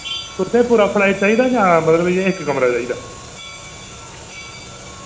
तुसें पूरा फ्लैट चाहिदा जां पूरा इक्क कमरा चाहिदा